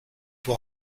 will